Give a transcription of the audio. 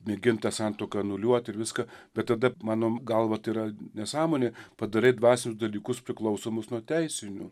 mėgint tą santuoką anuliuot ir viską bet tada mano galva tai yra nesąmonė padarai dvasinius dalykus priklausomus nuo teisinių